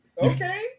Okay